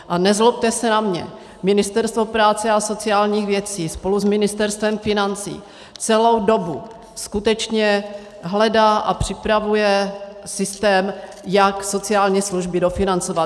A nezlobte se na mě, Ministerstvo práce a sociálních věcí spolu s Ministerstvem financí celou dobu skutečně hledá a připravuje systém, jak sociální služby dofinancovat.